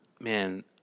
Man